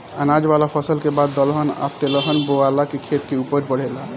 अनाज वाला फसल के बाद दलहन आ तेलहन बोआला से खेत के ऊपज बढ़ेला